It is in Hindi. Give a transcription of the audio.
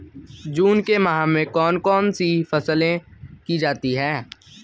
जून के माह में कौन कौन सी फसलें की जाती हैं?